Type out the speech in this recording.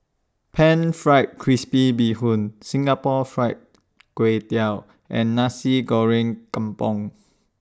Pan Fried Crispy Bee Hoon Singapore Fried Kway Tiao and Nasi Goreng Kampung